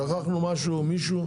שכחנו משהו מישהו?